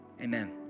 amen